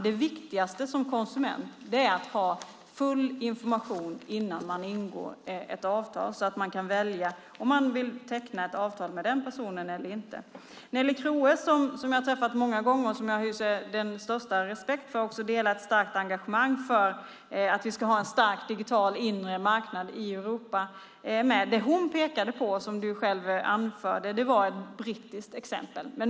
Det viktigaste som konsument är att ha full information innan man ingår ett avtal, så att man kan välja om man vill teckna ett avtal med den personen eller inte. Nellie Kroes har jag träffat många gånger, och jag hyser den största respekt för henne. Jag delar också ett starkt engagemang för att vi ska ha en stark digital inre marknad i Europa med henne. Det hon pekade på och som du, Marianne Berg, anförde var ett brittiskt exempel.